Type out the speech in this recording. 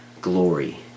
glory